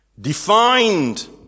Defined